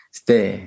stay